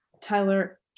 Tyler